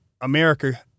America—